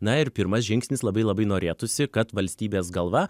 na ir pirmas žingsnis labai labai norėtųsi kad valstybės galva